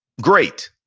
great.